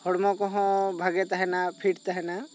ᱦᱚᱲᱢᱚ ᱠᱚᱦᱚᱸ ᱵᱷᱟᱜᱮ ᱛᱟᱦᱮᱸᱱᱟ ᱯᱷᱤᱴ ᱛᱟᱦᱮᱸᱱᱟ